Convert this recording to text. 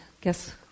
guess